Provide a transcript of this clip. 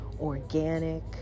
organic